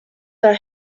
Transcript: are